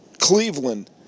Cleveland